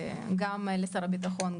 גם לשר הביטחון,